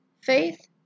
faith